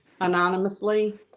anonymously